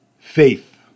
faith